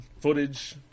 footage